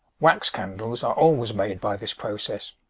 wax candles are always made by this process.